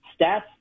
Stats